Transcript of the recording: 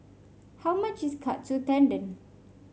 how much is Katsu Tendon